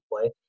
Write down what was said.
play